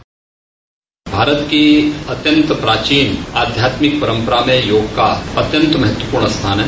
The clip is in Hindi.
बाइट भारत की अत्यंत प्राचीन आध्यात्मिक परम्परा में योग का अत्यंत महत्वपूर्ण स्थान है